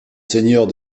seigneurs